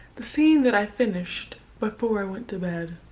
the scene that i finished before i went to bed.